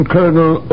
Colonel